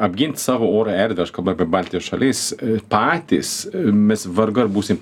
apgint savo oro erdvę aš kabu apie baltijos šalis patys mes vargu ar būsim